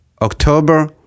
October